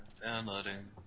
Downloading